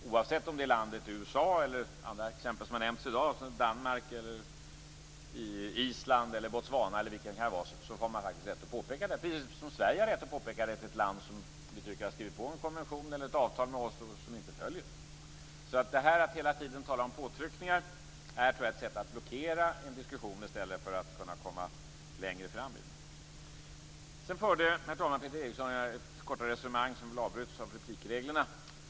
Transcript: Oavsett om landet är USA eller andra exempel som har nämnts i dag som Danmark, Island eller Botswana har man faktiskt rätt att påpeka detta, precis som Sverige har rätt att påpeka det för ett land som har skrivit på en konvention eller ett avtal med oss som de inte följer. Att hela tiden tala om påtryckningar tror jag är ett sätt att blockera en diskussion i stället för att kunna komma längre fram i den. Herr talman! Peter Eriksson förde ett kortare resonemang som avbröts av replikreglerna.